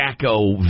Jacko